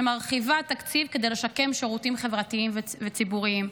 שמרחיבה תקציב כדי לשקם שירותים חברתיים וציבוריים.